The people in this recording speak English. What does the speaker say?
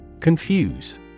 Confuse